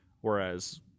whereas